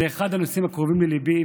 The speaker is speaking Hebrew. זה אחד הנושאים הקרובים לליבי,